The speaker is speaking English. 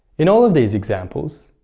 in all of these examples,